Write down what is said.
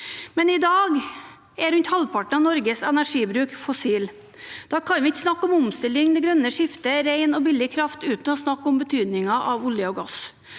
I dag er rundt halvparten av Norges energibruk fra fossilt. Da kan vi ikke snakke om omstilling, det grønne skiftet og ren og billig kraft uten å snakke om betydningen av olje og gass.